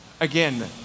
again